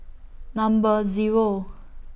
Number Zero